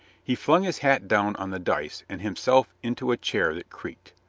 he flung his hat down on the dice and himself into a chair that creaked,